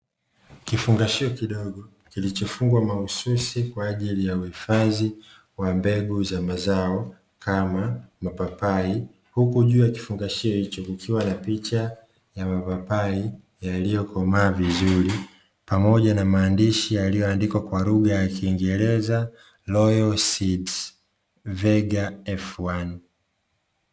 Kifungashio kidogo kilichofungwa mahususi kwa ajili ya uhifadhi wa mazao kama mapapai huku juu ya kifungashio hicho kukiwa na picha ya mapapai yaliyokomaa vizuri pamoja na maandishi yaliyoandikwa kwa lugha ya kiingereza ¨royal seed vega f1¨.